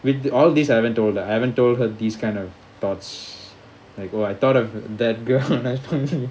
with all these I haven't told her I haven't told her these kind of thoughts like oh I thought of that girl